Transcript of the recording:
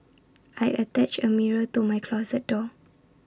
I attached A mirror to my closet door